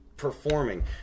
Performing